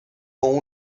con